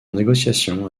négociation